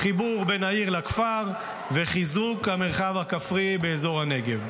חיבור בין העיר לכפר וחיזוק המרחב הכפרי באזור הנגב.